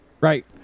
Right